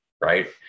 right